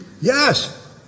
Yes